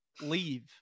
leave